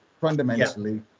fundamentally